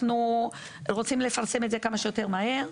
אנחנו רוצים לפרסם את זה כמה שיותר מהר.